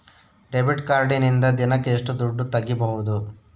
Debit ಕಾರ್ಡಿನಿಂದ ದಿನಕ್ಕ ಎಷ್ಟು ದುಡ್ಡು ತಗಿಬಹುದು?